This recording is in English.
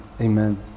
amen